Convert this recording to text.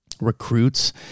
recruits